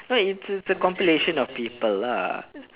no it's a compilation of people lah